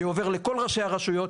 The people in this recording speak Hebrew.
זה עובר לכל ראשי הרשויות,